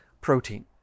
protein